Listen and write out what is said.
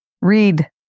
Read